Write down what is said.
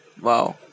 Wow